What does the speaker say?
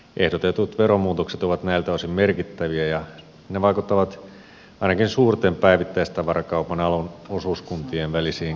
ehdotetut veromuutokset ovat näiltä osin merkittäviä ja ne vaikuttavat ainakin suurten päivittäistavarakaupan alan osuuskuntien välisiin kilpailuasetelmiin